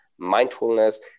mindfulness